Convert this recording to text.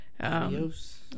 Adios